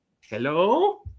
hello